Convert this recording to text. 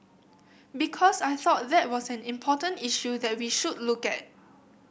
because I thought that was an important issue that we should look at